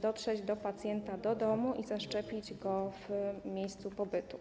dotrzeć do pacjenta do domu i zaszczepić go w miejscu pobytu.